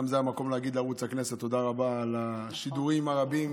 וזה המקום להגיד לערוץ הכנסת תודה רבה על השידורים הרבים